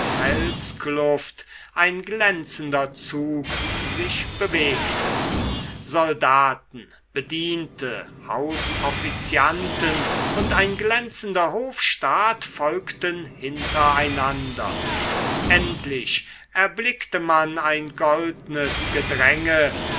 felskluft ein glänzender zug sich bewegte soldaten bediente hausoffizianten und ein glänzender hofstaat folgten hintereinander endlich erblickte man ein goldnes gedränge